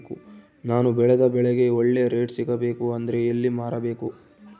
ನಾನು ಬೆಳೆದ ಬೆಳೆಗೆ ಒಳ್ಳೆ ರೇಟ್ ಸಿಗಬೇಕು ಅಂದ್ರೆ ಎಲ್ಲಿ ಮಾರಬೇಕು?